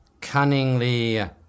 cunningly